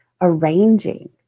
arranging